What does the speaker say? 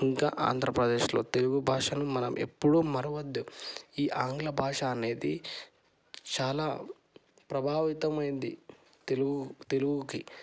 ఇంకా ఆంధ్రప్రదేశ్లో తెలుగు భాషను మనం ఎప్పుడు మరవద్దు ఈ ఆంగ్ల భాష అనేది చాలా ప్రభావితం అయింది తెలుగు తెలుగుకి